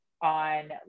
on